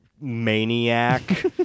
maniac